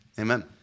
Amen